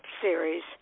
Series